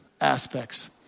aspects